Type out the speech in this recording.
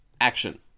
action